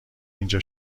اینجا